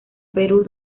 perú